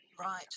Right